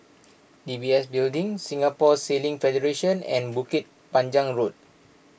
D B S Building Singapore Sailing Federation and Bukit Panjang Road